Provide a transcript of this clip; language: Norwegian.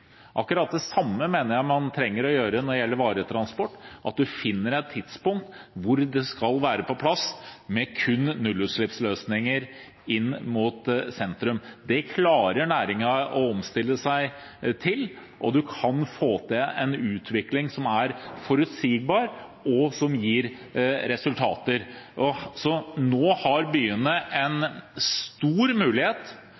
Akkurat det samme mener jeg man trenger å gjøre når det gjelder varetransport. Man finner et tidspunkt da det skal være på plass, med kun nullutslippsløsninger inn til sentrum. Det klarer næringen å omstille seg til, og man kan få til en utvikling som er forutsigbar, og som gir resultater. Nå har byene